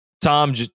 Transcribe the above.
Tom